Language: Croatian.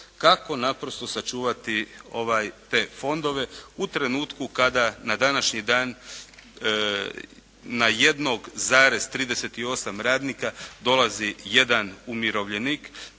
Kako naprosto sačuvati ovaj, te fondove u trenutku kada na današnji dan na 1,38 radnika dolazi 1 umirovljenik.